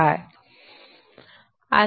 संदर्भ वेळ 2554